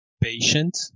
patient